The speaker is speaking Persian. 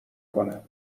کنه